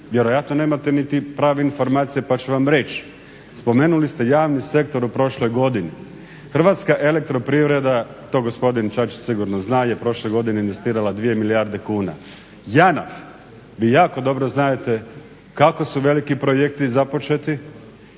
Vjerojatno nemate niti prave informacije pa ću vam reći. Spomenuli ste javni sektor u prošloj godini, Hrvatska elektroprivreda, to gospodin Čačić sigurno zna je prošle godine investirala 2 milijarde kuna. JANAF vi jako dobro znadete kako su veliki projekti započeti,